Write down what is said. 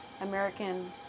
American